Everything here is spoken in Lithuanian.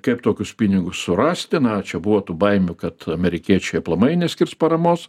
kaip tokius pinigus surasti na čia buvo tų baimių kad amerikiečiai aplamai neskirs paramos